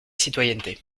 citoyenneté